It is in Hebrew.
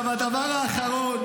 והדבר האחרון,